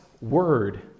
word